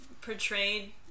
portrayed